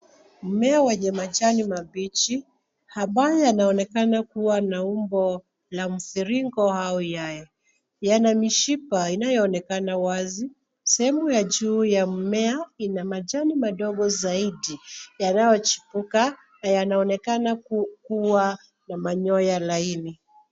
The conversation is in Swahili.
Mmea wenye majani mabichi ambayo yanaonekana kuwa na umbo la mviringo au yai. Yana mishipa inayoonekana wazi. Sehemu ya juu ya mmea ina majani madogo zaidi yanayo chipuka na yanaonekana kuwa na manyoya laini.